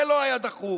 זה לא היה דחוף,